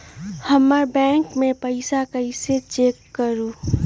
हमर बैंक में पईसा कईसे चेक करु?